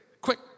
Quick